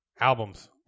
albums